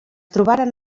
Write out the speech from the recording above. trobaren